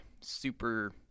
super